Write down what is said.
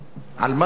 על מה ולמה?